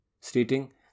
stating